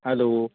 hello